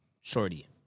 shorty